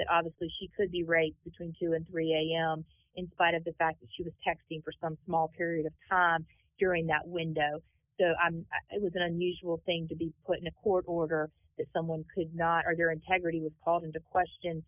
that obviously she could be right between two and three am in spite of the fact that she was texting for some small period of time during that window so i'm it was an unusual thing to be put in a court order that someone could not argue or integrity was called into question